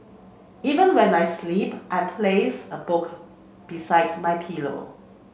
even when I sleep I place a book besides my pillow